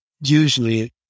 Usually